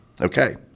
Okay